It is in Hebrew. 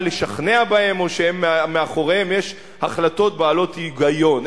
לשכנע בהם או שמאחוריהם יש החלטות בעלות היגיון.